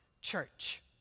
church